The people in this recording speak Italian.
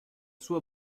sua